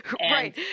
Right